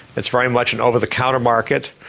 it's very much an over-the-counter market,